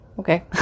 Okay